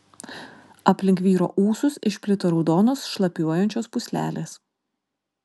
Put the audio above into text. aplink vyro ūsus išplito raudonos šlapiuojančios pūslelės